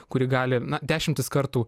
kuri gali na dešimtis kartų